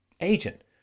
agent